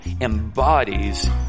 embodies